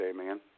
man